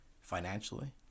Financially